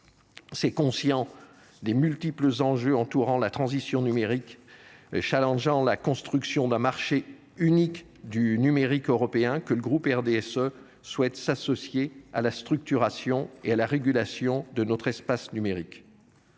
C’est conscient des multiples enjeux entourant la transition numérique et la constitution d’un marché unique du numérique européen que le groupe RDSE souhaite s’associer à la structuration et à la régulation de notre espace numérique.